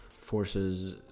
forces